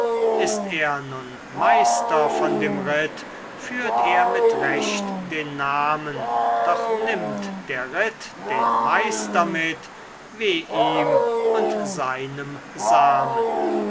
ist er nun meister von dem ritt führt er mit recht den namen doch nimmt der ritt den meister mit weh ihm und seinem samen